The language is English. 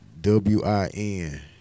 W-I-N